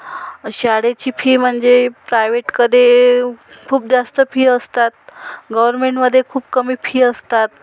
शाळेची फी म्हणजे प्रायवेटकडे खूप जास्त फी असतात गवरमेंटमधे खूप कमी फी असतात